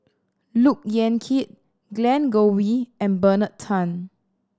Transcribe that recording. Look Yan Kit Glen Goei and Bernard Tan